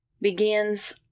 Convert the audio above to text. begins